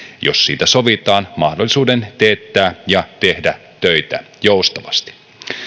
jos siitä sovitaan mahdollisuuden teettää ja tehdä töitä joustavasti